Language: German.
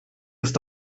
ist